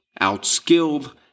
outskilled